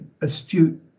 astute